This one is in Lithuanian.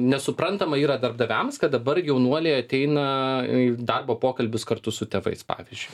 nesuprantama yra darbdaviams kad dabar jaunuoliai ateina į darbo pokalbius kartu su tėvais pavyzdžiui